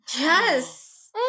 Yes